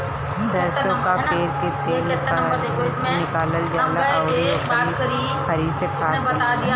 सरसो कअ पेर के तेल निकालल जाला अउरी ओकरी खरी से खाद बनेला